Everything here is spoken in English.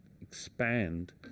expand